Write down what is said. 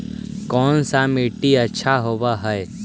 कोन सा मिट्टी अच्छा होबहय?